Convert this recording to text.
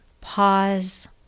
Pause